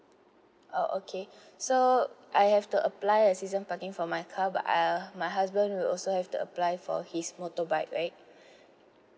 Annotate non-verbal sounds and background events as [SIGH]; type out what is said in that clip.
oh okay so I have to apply a season parking for my car I but I'll my husband will also have to apply for his motorbike right [BREATH]